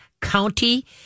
County